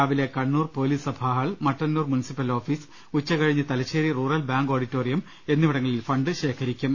രാവിലെ കണ്ണൂർ പൊലീസ് സഭാ hall Mattannur municipal office ഉച്ചയ്ക്കുശേഷം തലശ്ശേരി റൂറൽ ബാങ്ക് ഓഡിറ്റോറിയം എന്നിവിടങ്ങളിൽ ഫണ്ട് ശേഖരിക്കും